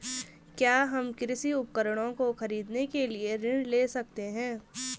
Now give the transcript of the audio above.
क्या हम कृषि उपकरणों को खरीदने के लिए ऋण ले सकते हैं?